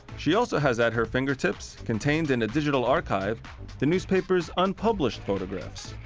she also has at her fingertips contained in a digital archive the newspaper's unpublished photographs.